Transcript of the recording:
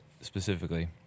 specifically